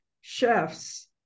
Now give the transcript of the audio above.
chefs